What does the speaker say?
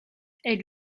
est